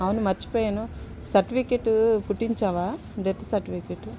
అవును మరచిపోయాను సర్టిఫికేట్ పుట్టించావా డెత్ సర్టిఫికేట్